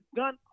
gun